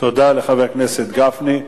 תודה לחבר הכנסת גפני.